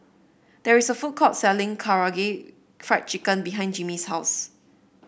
there is a food court selling Karaage Fried Chicken behind Jimmy's house